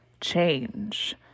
change